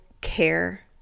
care